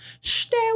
stay